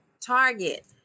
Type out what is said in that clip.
Target